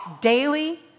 daily